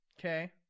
Okay